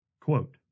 Quote